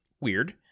weird